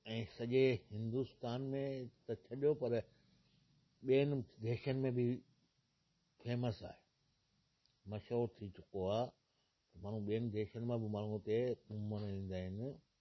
ऐं सॼे हिंदुस्तान में त छॾो पर ॿियनि देशनि में बि फेमस आहे मशहूरु थी चुको आहे माण्हू ॿियनि देशनि मां बि माण्हू हुते घुमण ईंदा आहिनि